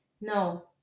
No